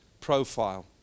profile